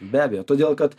be abejo todėl kad